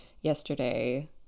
yesterday